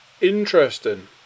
Interesting